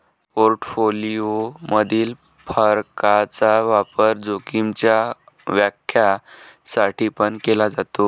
portfolio मधील फरकाचा वापर जोखीमीच्या व्याख्या साठी पण केला जातो